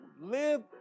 live